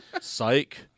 Psych